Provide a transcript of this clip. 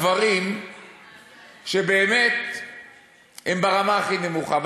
רק בדברים שבאמת הם ברמה הכי נמוכה.